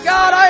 God